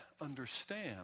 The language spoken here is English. understand